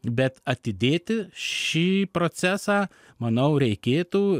bet atidėti šį procesą manau reikėtų